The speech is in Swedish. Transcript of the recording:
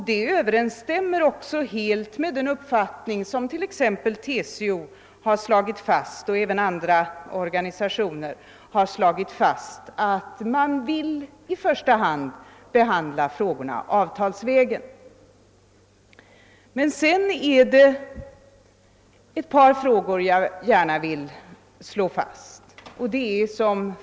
Det överensstämmer också helt med den uppfattning som TCO och andra organisationer har uttalat, att man i första hand bör behandla frågorna av Sedan vill jag som företrädare för ett politiskt parti gärna slå fast ett par saker.